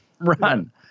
run